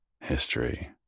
history